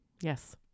Yes